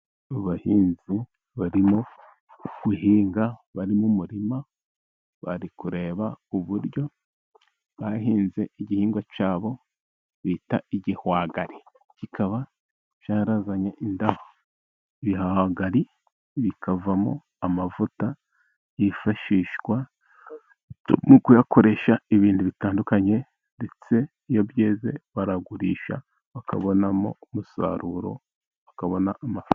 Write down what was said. Abo bahinzi barimo guhinga, bari mu murima bari kureba uburyo bahinze igihingwa cyabo bita igihwagari , kikaba byarazanye indabo, ibihagari bikavamo amavuta yifashishwa mu kuyakoresha ibintu bitandukanye, ndetse iyo byeze baragurisha bakabonamo umusaruro bakabona amafaranga.